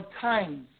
times